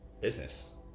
Business